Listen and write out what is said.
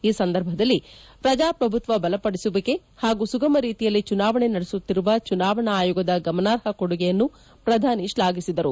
ಈ ಸಂದರ್ಭದಲ್ಲಿ ಪ್ರಜಾಪ್ರಭುತ್ವ ಬಲಪಡಿಸುವಿಕೆ ಹಾಗೂ ಸುಗಮ ರೀತಿಯಲ್ಲಿ ಚುನಾವಣೆ ನಡೆಸುತ್ತಿರುವ ಚುನಾವಣಾ ಆಯೋಗದ ಗಮನಾರ್ಹ ಕೊಡುಗೆಯನ್ನು ಪ್ರಧಾನಿ ಶ್ಲಾಘಿಸಿದರು